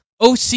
OC